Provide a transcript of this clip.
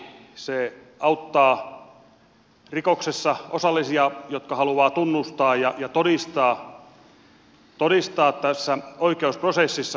se auttaa rikoksessa osallisia jotka haluavat tunnustaa ja todistaa oikeusprosessissa